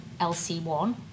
LC1